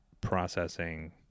processing